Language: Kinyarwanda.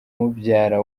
mubyara